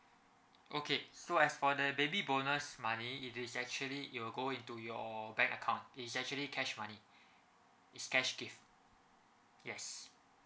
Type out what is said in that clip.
okay so as for the baby bonus money it is actually it will go into your bank account it's actually cash money it's cash gift yes